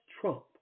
trump